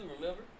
Remember